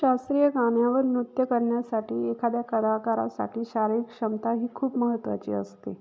शास्त्रीय गाण्यावर नृत्य करण्यासाठी एखाद्या कलाकारासाठी शारीरिक क्षमता ही खूप महत्त्वाची असते